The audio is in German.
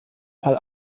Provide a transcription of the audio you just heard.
fall